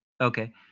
Okay